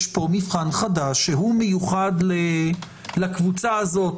יש פה מבחן חדש שמיוחד לקבוצה הזו.